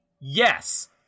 yes